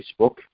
Facebook